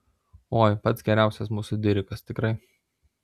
oi pats geriausias mūsų dirikas tikrai